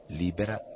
libera